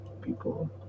people